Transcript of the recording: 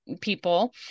people